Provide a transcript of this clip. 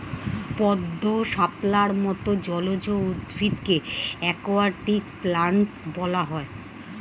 পদ্ম, শাপলার মত জলজ উদ্ভিদকে অ্যাকোয়াটিক প্ল্যান্টস বলা হয়